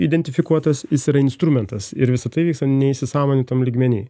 identifikuotas jis yra instrumentas ir visa tai vyksta neįsisąmonintam lygmeny